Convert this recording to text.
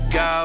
go